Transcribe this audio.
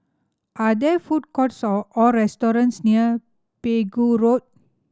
are there food courts or restaurants near Pegu Road